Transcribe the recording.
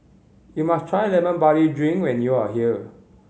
you must try Lemon Barley Drink when you are here